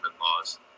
laws